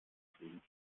fliegen